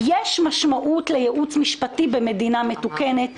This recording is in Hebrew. יש משמעות לייעוץ משפטי במדינה מתוקנת.